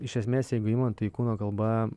iš esmės jeigu imant tai kūno kalba